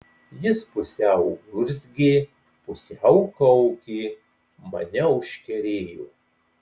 jis pusiau urzgė pusiau kaukė mane užkerėjo